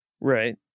Right